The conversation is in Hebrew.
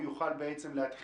הוא יוכל להתחיל.